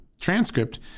transcript